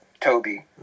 Toby